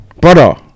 brother